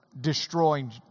destroying